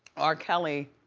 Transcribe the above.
r kelly.